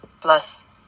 plus